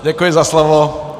Děkuji za slovo.